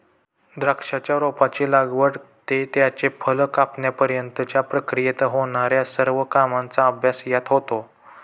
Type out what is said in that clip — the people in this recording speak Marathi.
द्राक्षाच्या रोपाची लागवड ते त्याचे फळ कापण्यापर्यंतच्या प्रक्रियेत होणार्या सर्व कामांचा अभ्यास यात होतो